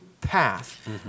path